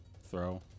throw